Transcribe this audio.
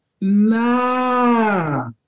Nah